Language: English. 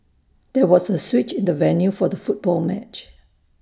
there was A switch in the venue for the football match